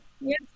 yes